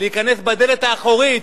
להיכנס בדלת האחורית